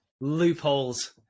Loopholes